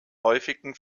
häufigen